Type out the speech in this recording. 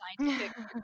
scientific